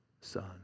Son